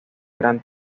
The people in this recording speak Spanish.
gran